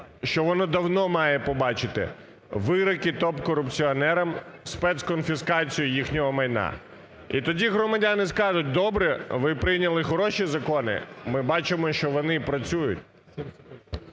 що воно давно має побачити – вироки топ-корупціонерам, спецконфіскацію їхнього майна. І тоді громадяни скажуть: "Добре. Ви прийняли хороші закони, ми бачимо, що вони працюють".